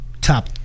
top